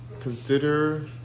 consider